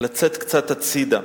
לצאת קצת הצדה.